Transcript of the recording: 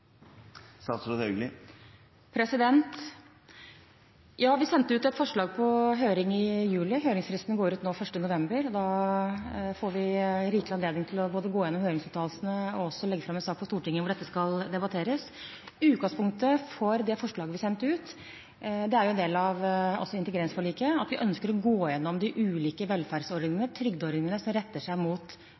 Ja, vi sendte ut et forslag på høring i juli. Høringsfristen går ut nå 1. november, og da får vi rikelig anledning til både å gå gjennom høringsuttalelsene og også å legge fram en sak for Stortinget hvor dette skal debatteres. Utgangspunktet for det forslaget vi sendte ut, er at det er en del av integreringsforliket, altså at vi ønsker å gå gjennom de ulike velferdsordningene, trygdeordningene som retter seg mot